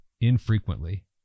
infrequently